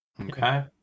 okay